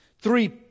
three